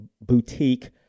boutique